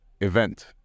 event